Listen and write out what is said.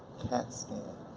cat scan,